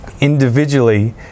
Individually